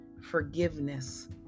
forgiveness